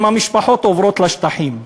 אם המשפחות עוברות לשטחים,